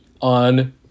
on